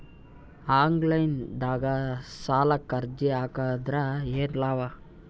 Online ನಾಗ್ ಸಾಲಕ್ ಅರ್ಜಿ ಹಾಕದ್ರ ಏನು ಲಾಭ?